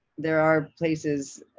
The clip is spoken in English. there are places,